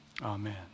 Amen